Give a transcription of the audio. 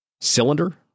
cylinder